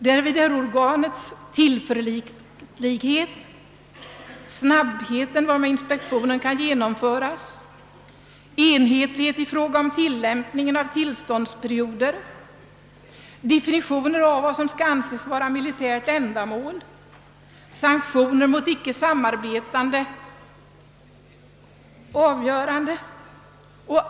Avgörande är härvid organets tillförlitlighet, den snabbhet med vilken inspektionen kan genomföras, enhetligheten i fråga om tillämpningen av tillståndsperioder, definitioner av vad som skall anses vara militärt ändamål och sanktioner mot icke samarbetande.